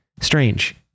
Strange